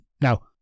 Now